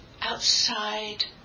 outside